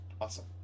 Awesome